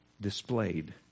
displayed